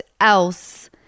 else